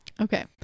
Okay